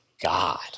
God